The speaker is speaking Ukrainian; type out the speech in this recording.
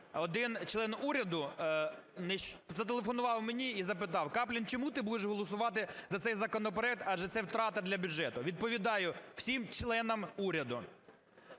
Один член уряду зателефонував мені і запитав: "Каплін, чому ти будеш голосувати за цей законопроект, адже це втрата для бюджету?". Відповідаю всім членам уряду.